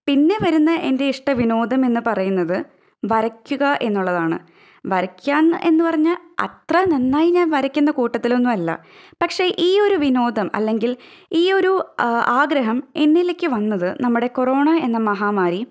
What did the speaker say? പിന്നെ വരുന്ന എൻ്റെ ഇഷ്ടവിനോദം എന്നുപറയുന്നത് വരയ്ക്കുക എന്നുള്ളതാണ് വരക്കുക എന്നുപറഞ്ഞാൽ അത്ര നന്നായി ഞാൻ വരയ്ക്കുന്ന കൂട്ടത്തിലൊന്നും അല്ല പക്ഷെ ഈ ഒരു വിനോദം അല്ലെങ്കിൽ ഈ ഒരു ആഗ്രഹം എന്നിലേക്ക് വന്നത് നമ്മുടെ കൊറോണ എന്ന മഹാമാരി